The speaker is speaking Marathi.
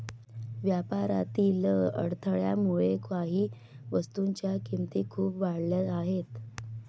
व्यापारातील अडथळ्यामुळे काही वस्तूंच्या किमती खूप वाढल्या आहेत